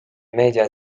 meedia